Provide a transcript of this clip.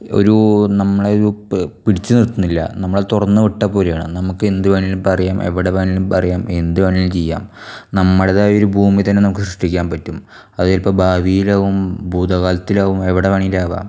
ഒരു നമ്മളൊരു പിടിച്ച് നിർത്തുന്നില്ല നമ്മളെ തുറന്ന് വിട്ടപോലെയാണ് നമുക്ക് എന്ത് വേണേലും പറയാം എവിടെ വേണേലും പറയാം എന്ത് വേണേലും ചെയ്യാം നമ്മളുടേതായ ഒരു ഭൂമി തന്നെ നമുക്ക് സൃഷ്ടിക്കാൻ പറ്റും അതിപ്പോൾ ഭാവീലാവും ഭുതകാലത്തിലാവും എവിടെ വേണേലും ആവാം